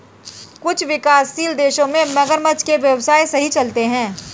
कुछ विकासशील देशों में मगरमच्छ के व्यवसाय सही चलते हैं